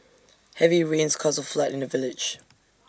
heavy rains caused A flood in the village